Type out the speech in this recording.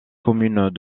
communes